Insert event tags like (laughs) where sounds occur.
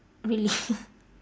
really (laughs)